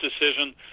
decision